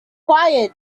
quiet